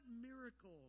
miracle